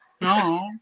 No